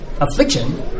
Affliction